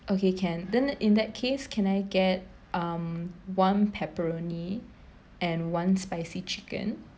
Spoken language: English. okay can then in that case can I get um one pepperoni and one spicy chicken